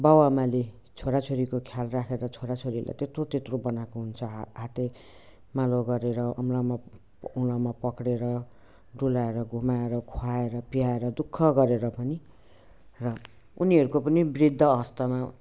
बाबुआमाले छोराछोरीको ख्याल राखेर छोराछोरीलाई त्यत्रो त्यत्रो बनाएको हुन्छ हा हाते मालो गरेर औँलामा औँलामा पक्रिएर डुलाएर घुमाएर खुवाएर पियाएर दुःख गरेर पनि र उनीहरूको पनि वृद्ध अवस्थामा